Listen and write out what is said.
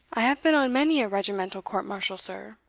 i have been on many a regimental court-martial, sir,